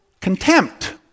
contempt